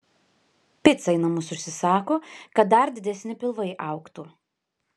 picą į namus užsisako kad dar didesni pilvai augtų